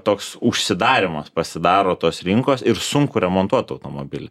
toks užsidarymas pasidaro tos rinkos ir sunku remontuot automobilį